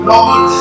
Lord